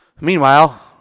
Meanwhile